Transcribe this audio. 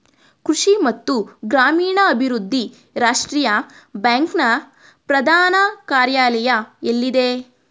ಕೃಷಿ ಮತ್ತು ಗ್ರಾಮೀಣಾಭಿವೃದ್ಧಿ ರಾಷ್ಟ್ರೀಯ ಬ್ಯಾಂಕ್ ನ ಪ್ರಧಾನ ಕಾರ್ಯಾಲಯ ಎಲ್ಲಿದೆ?